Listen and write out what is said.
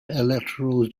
electoral